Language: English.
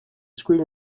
screen